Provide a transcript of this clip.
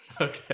Okay